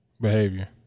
behavior